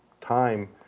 time